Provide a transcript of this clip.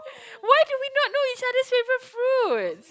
why do we not know each other's favourite fruit